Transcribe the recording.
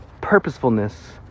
Purposefulness